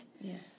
Yes